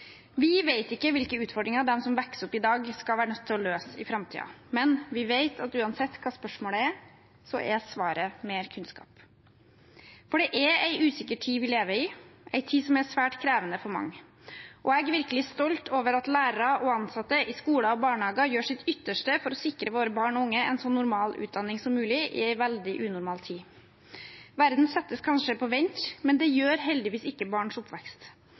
Vi vet ikke hvilke utfordringer de som vokser opp i dag, skal være nødt til å løse i framtiden, men vi vet at uansett hva spørsmålet er, er svaret mer kunnskap. For det er en usikker tid vi lever i – en tid som er svært krevende for mange. Jeg er virkelig stolt over at lærere og ansatte i skoler og barnehager gjør sitt ytterste for å sikre våre barn og unge en så normal utdanning som mulig i en veldig unormal tid. Verden settes kanskje på vent, men det gjør heldigvis ikke barns oppvekst.